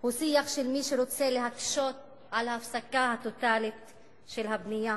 הוא שיח של מי שרוצה להקשות את ההפסקה הטוטלית של הבנייה